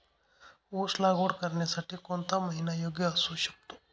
ऊस लागवड करण्यासाठी कोणता महिना योग्य असू शकतो?